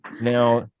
now